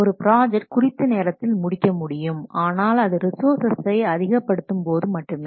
ஒரு ப்ராஜக்ட் குறித்த நேரத்தில் முடிக்க முடியும் ஆனால் அது ரிஸோர்ஸ்சசை அதிகப்படுத்தும் போது மட்டுமே